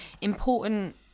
important